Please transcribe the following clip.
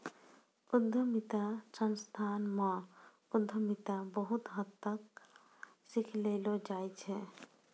उद्यमिता संस्थान म उद्यमिता बहुत हद तक सिखैलो जाय छै